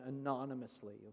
anonymously